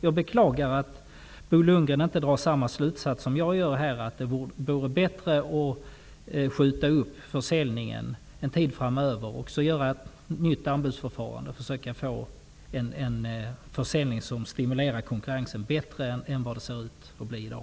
Jag beklagar att Bo Lundgren inte drar samma slutsats som jag gör, att det vore bättre att skjuta upp försäljningen en tid och göra ett nytt anbudsförfarande och försöka få en försäljning som stimulerar konkurrensen bättre än i dag.